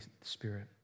Spirit